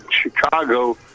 Chicago